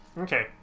Okay